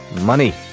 money